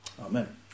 Amen